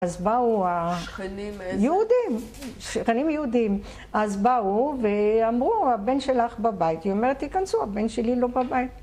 אז באו ה... -שכנים. -יהודים, שכנים יהודים. אז באו ואמרו: הבן שלך בבית. היא אומרת: תיכנסו, הבן שלי לא בבית.